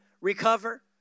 Recover